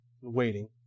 waiting